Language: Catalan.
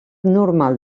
normal